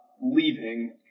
leaving